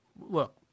look